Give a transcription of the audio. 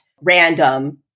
random